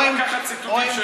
לא לקחת ציטוטים שלנו.